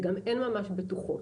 וגם אין ממש בטוחות.